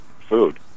food